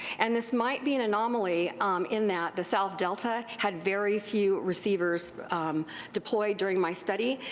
and this might be an anomaly in that the south delta had very few receivers deployed during my study,